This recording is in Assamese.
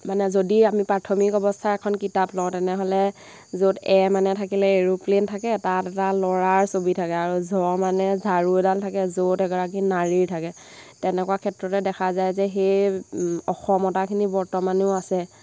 মানে যদি আমি প্ৰাথমিক অৱস্থাৰ এখন কিতাপ লওঁ তেনেহ'লে য'ত এ মানে থাকিলে এৰোপ্লেন থাকে তাত এটা ল'ৰাৰ ছবি থাকে আৰু ঝ মানে ঝাৰু এডাল থাকে য'ত এগৰাকী নাৰীৰ থাকে তেনেকুৱা ক্ষেত্ৰতে দেখা যায় যে সেই অসমতাখিনি বৰ্তমানেও আছে